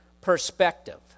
perspective